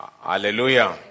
Hallelujah